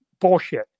Bullshit